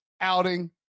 outing